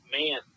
man